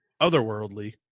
otherworldly